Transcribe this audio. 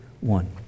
one